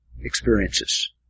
experiences